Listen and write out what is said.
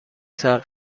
ساعت